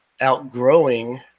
outgrowing